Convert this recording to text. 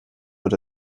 wird